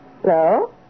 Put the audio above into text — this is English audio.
Hello